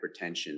Hypertension